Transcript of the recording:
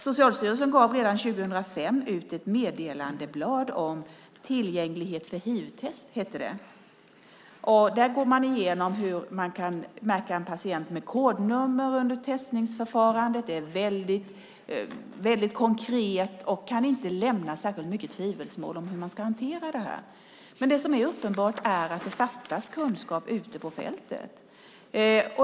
Socialstyrelsen gav redan 2005 ut ett meddelandeblad som hette Tillgänglighet för hivtest . Där går man igenom hur man kan märka en patient med kodnummer under testningsförfarandet. Det är väldigt konkret och kan inte lämna särskilt mycket tvivelsmål om hur man ska hantera det. Men det är uppenbart att det fattas kunskap ute på fältet.